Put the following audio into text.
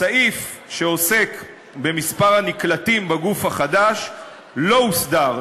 הסעיף שעוסק במספר הנקלטים בגוף החדש לא הוסדר,